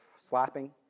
slapping